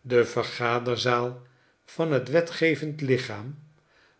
de vergaderzaal van t wetgevend lichaam